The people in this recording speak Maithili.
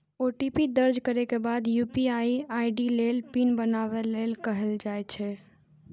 ओ.टी.पी दर्ज करै के बाद यू.पी.आई आई.डी लेल पिन बनाबै लेल कहल जाइ छै